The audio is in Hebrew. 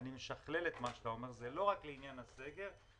אני עונה לך.